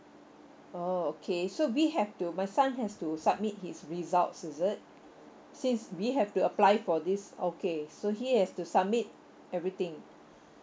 orh okay so we have to my son has to submit his result is it since we have to apply for this okay so he has to submit everything